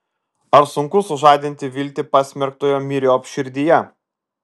ar sunku sužadinti viltį pasmerktojo myriop širdyje